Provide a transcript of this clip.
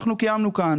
קיימנו כאן